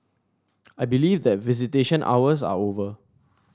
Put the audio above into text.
I believe that visitation hours are over